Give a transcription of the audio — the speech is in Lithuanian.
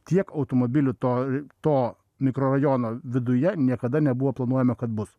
tiek automobilių toj to mikrorajono viduje niekada nebuvo planuojama kad bus